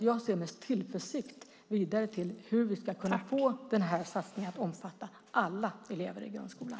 Jag ser med tillförsikt fram emot att vi ska få satsningen att omfatta alla elever i grundskolan.